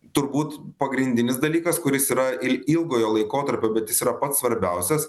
turbūt pagrindinis dalykas kuris yra ir i ilgojo laikotarpio bet jis yra pats svarbiausias